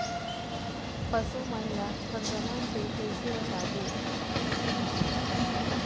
पशु मन ला संक्रमण से कइसे बचाबो?